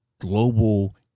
global